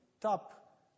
top